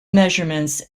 measurements